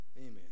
Amen